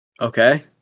Okay